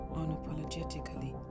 unapologetically